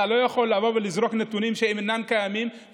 אתה לא יכול לבוא ולזרוק נתונים שאינם קיימים,